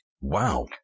Wow